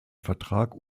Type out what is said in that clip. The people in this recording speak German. vertrag